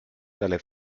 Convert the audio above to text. dalle